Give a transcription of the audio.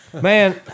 Man